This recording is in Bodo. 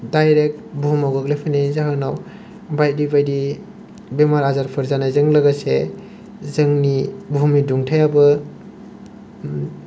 दाइरेक्ट बुहुमाव गोग्लैफैनाय जाहोनाव बायदि बायदि बेमार आजारफोर जानायजों लोगोसे जोंनि बुहुमनि दुंथायाबो